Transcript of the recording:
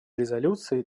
резолюции